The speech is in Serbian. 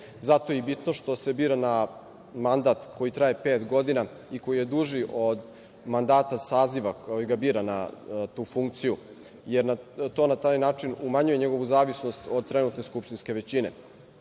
Zato je i bitno što se bira na mandat koji traje pet godina i koji je duži od mandata saziva koji ga bira na tu funkciju, jer to na taj način umanjuje njegovu zavisnost od trenutke skupštinske većine.